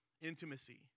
intimacy